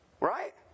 Right